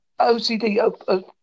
OCD